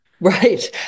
Right